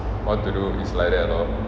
what to do is like that lor